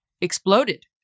exploded